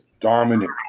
dominant